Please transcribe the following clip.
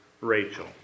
Rachel